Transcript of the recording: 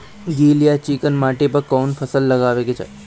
गील या चिकन माटी पर कउन फसल लगावे के चाही?